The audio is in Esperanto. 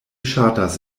ŝatas